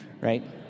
right